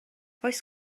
oes